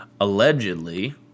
Allegedly